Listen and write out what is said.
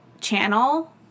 channel